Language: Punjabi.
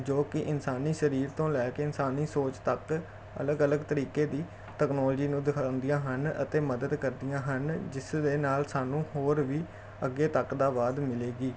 ਜੋ ਕਿ ਇਨਸਾਨੀ ਸਰੀਰ ਤੋਂ ਲੈ ਕੇ ਇਨਸਾਨੀ ਸੋਚ ਤੱਕ ਅਲੱਗ ਅਲੱਗ ਤਰੀਕੇ ਦੀ ਤਕਨੋਲਜੀ ਨੂੰ ਦਿਖਾਉਂਦੀਆਂ ਹਨ ਅਤੇ ਮਦਦ ਕਰਦੀਆਂ ਹਨ ਜਿਸ ਦੇ ਨਾਲ ਸਾਨੂੰ ਹੋਰ ਵੀ ਅੱਗੇ ਤੱਕ ਦਾ ਵਾਧ ਮਿਲੇਗੀ